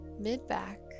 mid-back